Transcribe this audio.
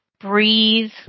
breathe